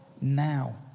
now